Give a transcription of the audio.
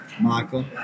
Michael